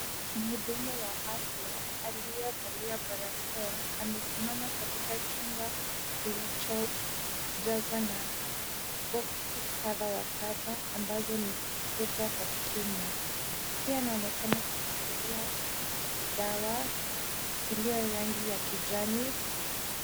Mhudumu wa afya aliyevalia barakoa, amesimama katika chumba kilichojazwa na boksi kadha wa kadha ambazo ni kubwa kwa kimo. Pia anaonekana kushikilia dawa iliyo rangi ya kijani.